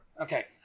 Okay